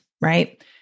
right